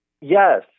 Yes